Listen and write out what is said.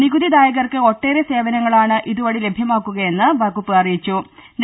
നികുതിദായകർക്ക് ഒട്ടേറെ സേവനങ്ങളാണ് ഇതുവഴി ലഭ്യമാകുകയെന്ന് വകുപ്പ് അറിയിച്ചു്